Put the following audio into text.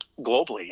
globally